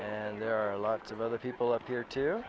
and there are lots of other people up here too